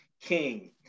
King